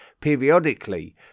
periodically